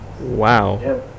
Wow